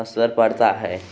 असर पड़ता है